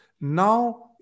now